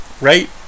Right